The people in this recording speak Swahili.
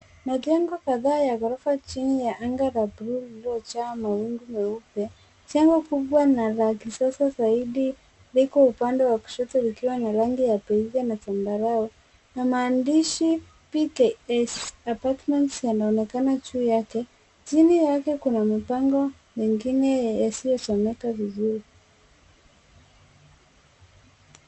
Majengo kadhaa ya ghorofa chini ya anga la buluu lililojaa mawingu meupe. Jengo kubwa na la kisasa zaidi liko upande wa kushoto likiwa na rangi ya beji na zambarau na maandishi PKS Apartments yanaonekana juu yake. Chini yake kuna mabango mengine yasiyosomeka vizuri.